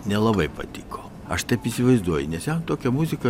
nelabai patiko aš taip įsivaizduoju nes jam tokia muzika